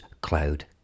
Cloud